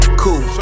cool